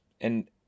and-